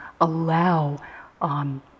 allow